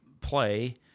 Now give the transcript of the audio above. play